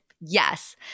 Yes